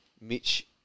Mitch